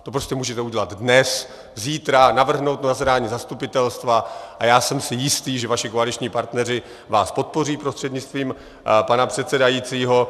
To prostě můžete udělat dnes, zítra, navrhnout to na zasedání zastupitelstva a já jsem si jist, že vaši koaliční partneři vás podpoří prostřednictvím pana předsedajícího.